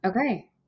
Okay